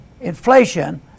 inflation